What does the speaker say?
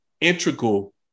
integral